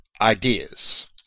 ideas